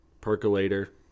percolator